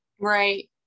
Right